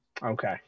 Okay